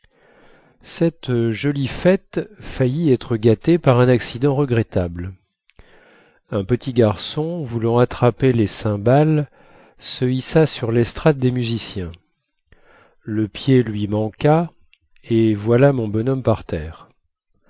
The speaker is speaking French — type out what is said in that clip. cette jolie fête faillit être gâtée par un accident regrettable un petit garçon voulant attraper les cymbales se hissa sur lestrade des musiciens le pied lui manqua et voilà mon bonhomme par terre